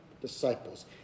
disciples